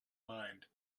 mind